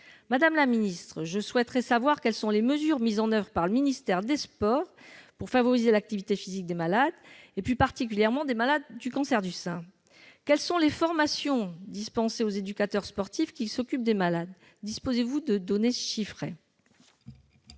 Madame la ministre, je souhaiterais savoir quelles sont les mesures mises en oeuvre par le ministère des sports pour favoriser l'activité physique des malades, et plus particulièrement des malades du cancer du sein. Quelles sont les formations dispensées aux éducateurs sportifs qui s'occupent des malades ? Disposez-vous de données chiffrées